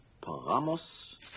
Paramos